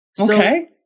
Okay